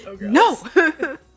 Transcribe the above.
No